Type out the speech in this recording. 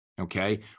okay